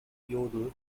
yodel